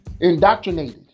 indoctrinated